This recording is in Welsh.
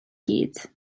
gyd